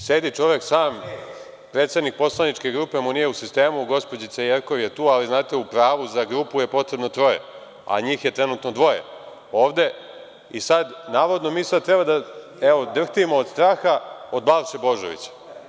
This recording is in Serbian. Sedi čovek sam, predsednik poslaničke grupe mu nije u sistemu, gospođica Jerkov je tu, ali, znate, u pravu, za grupu je potrebno troje, a njih je trenutno dvoje ovde i navodno mi sad treba da drhtimo od straha od Balše Božovića.